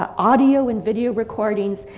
ah audio and video recordings.